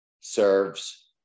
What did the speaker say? serves